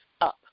up